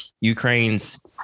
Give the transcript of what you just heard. Ukraine's